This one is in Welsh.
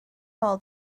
nôl